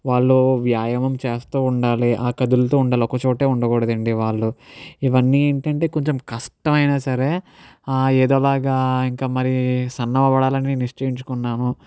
వాళ్ళు వ్యాయామం చేస్తూ ఉండాలి ఆ కదులుతు ఉండాలి ఒకచోటే ఉండకూడదు అండి వాళ్ళు ఇవన్నీ ఏంటంటే కొంచెం కష్టం అయినా సరే ఆ ఏదోలాగా ఇంకా మరి సన్నబడాలని నిశ్చయించుకున్నాను